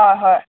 হয় হয়